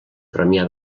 premià